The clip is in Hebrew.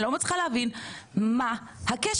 אני לא מצליחה להבין: מה הקשר?